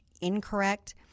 incorrect